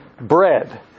bread